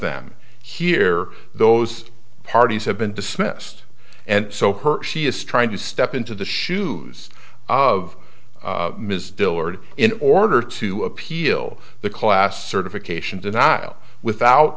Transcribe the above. them here those parties have been dismissed and so hurt she is trying to step into the shoes of ms dillard in order to appeal the class certification denial without